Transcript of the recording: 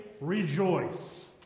rejoice